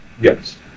Yes